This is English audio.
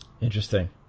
Interesting